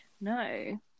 no